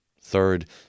Third